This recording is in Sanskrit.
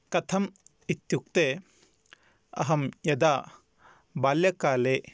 कथम् इत्युक्ते अहं यदा बाल्यकाले